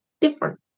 different